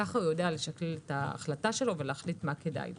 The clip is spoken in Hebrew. כך הוא יודע לשקלל את ההחלטה שלו ולהחליט מה כדאי לו.